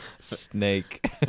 snake